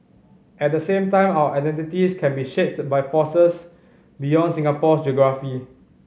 at the same time our identities can be shaped by forces beyond Singapore's geography